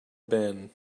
ben